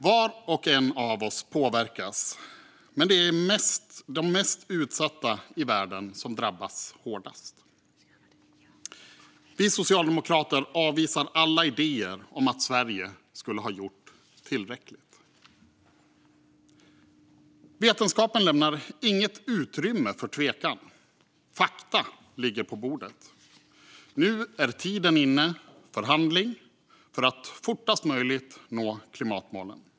Var och en av oss påverkas, men det är de mest utsatta i världen som drabbas hårdast. Vi socialdemokrater avvisar alla idéer om att Sverige skulle ha gjort tillräckligt. Vetenskapen lämnar inget utrymme för tvekan. Fakta ligger på bordet. Nu är tiden inne för handling för att fortast möjligt nå klimatmålen.